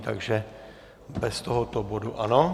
Takže bez tohoto bodu, ano?